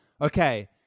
Okay